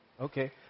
Okay